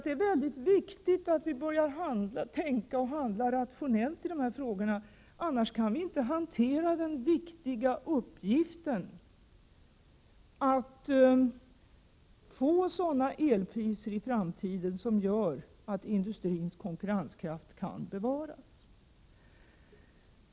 Det är viktigt att vi börjar tänka och handla rationellt i dessa frågor, annars kan vi inte hantera den viktiga uppgiften, så att vi i framtiden får sådana elpriser att industrins konkurrenskraft kan bevaras.